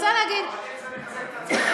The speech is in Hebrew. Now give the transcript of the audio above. להגיד, איך זה מחזק את הצד הפוליטי?